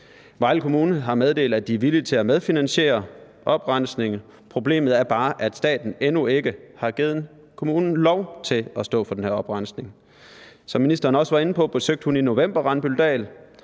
Vejle kommune har meddelt, at de er villige til at medfinansiere oprensningen. Problemet er bare, at staten endnu ikke har givet kommunen lov til at stå for den her oprensning. Som ministeren også var inde på, besøgte hun i november Randbøldal,